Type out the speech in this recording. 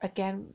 Again